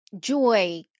joy